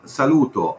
saluto